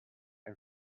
and